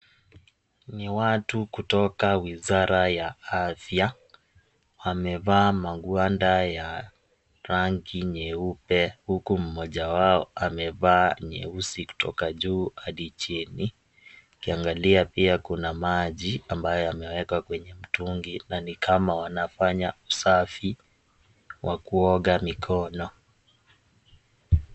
Ni watu kutoka wizara ya afya , wamevaa magwanda ya rangi nyeupe huku mmoja wao amevaa nyeusi kutoka juu hadi chini , ukiangalia pia kuna maji ambayo yamewekwa kwenye mtungi na nikama wanafanya usafi wa kuoga mikono